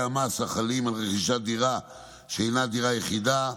המס החלים על רכישת דירה שאינה דירה יחידה,